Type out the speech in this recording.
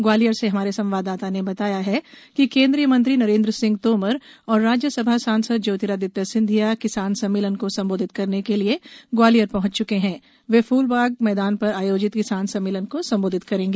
ग्वालियर से हमारे संवाददाता ने बताया है कि केंद्रीय मंत्री नरेंद्र सिंह तोमर और राज्य सभा सांसद ज्योतिरादित्य सिंधिया किसान सम्मेलन को संबोधित करने के लिए ग्वालियर पहंच चुके हैं वे फ्लबाग मैदान पर आयोजित किसान सम्मेलन को संबोधित करेंगे